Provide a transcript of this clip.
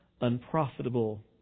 unprofitable